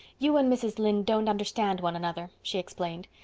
you and mrs. lynde don't understand one another, she explained.